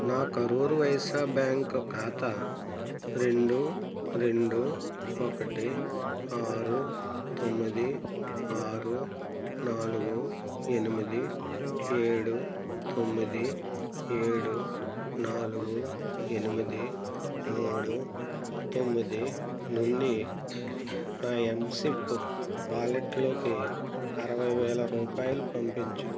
నా కరూర్ వైశ్యా బ్యాంక్ ఖాతా రెండు రెండు ఒకటి ఆరు తొమ్మిది ఆరు నాలుగు ఎనిమిది ఏడు తొమ్మిది ఏడు నాలుగు ఎనిమిది మూడు తొమ్మిది నుండి నా ఎంసెఫ్ వాలెట్లోకి అరవైవేల రూపాయలు పంపించు